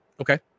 okay